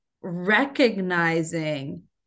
recognizing